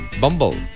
Bumble